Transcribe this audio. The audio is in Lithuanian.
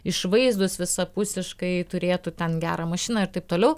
išvaizdūs visapusiškai turėtų ten gerą mašiną ir taip toliau